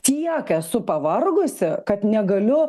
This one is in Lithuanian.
tiek esu pavargusi kad negaliu nu